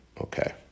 Okay